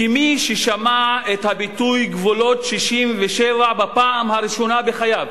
כמי ששמע את הביטוי "גבולות 67'" בפעם הראשונה בחייו.